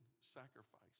sacrifice